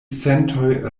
sentoj